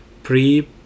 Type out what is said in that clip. Pre